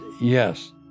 Yes